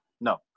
No